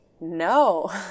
No